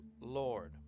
Lord